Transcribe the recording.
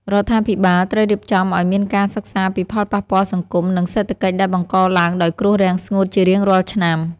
រដ្ឋាភិបាលត្រូវរៀបចំឱ្យមានការសិក្សាពីផលប៉ះពាល់សង្គម និងសេដ្ឋកិច្ចដែលបង្កឡើងដោយគ្រោះរាំងស្ងួតជារៀងរាល់ឆ្នាំ។